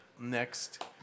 next